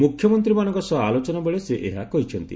ମୁଖ୍ୟମନ୍ତ୍ରୀମାନଙ୍କ ସହ ଆଲୋଚନାବେଳେ ସେ ଏହା କହିଛନ୍ତି